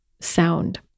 sound